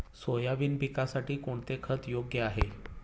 Soybean पिकासाठी कोणते खत योग्य आहे?